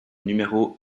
numéro